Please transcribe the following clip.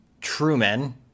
Truman